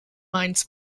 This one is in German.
mainz